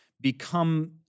become